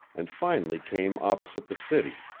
and finally came opposite the city.